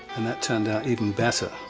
and that turned out even better,